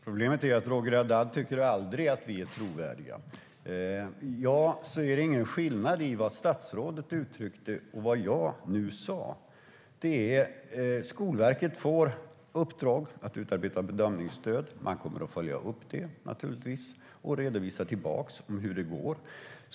Fru talman! Problemet är att Roger Haddad aldrig tycker att vi är trovärdiga. Jag ser ingen skillnad i vad statsrådet uttryckte och vad jag nu sa. Skolverket får i uppdrag att utarbeta bedömningsstöd. Man kommer att följa upp och redovisa tillbaka hur det går.